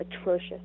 atrocious